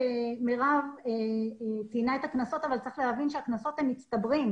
ומרב ציינה את גובה הקנסות אבל צריך להבין שהקנסות מצטברים.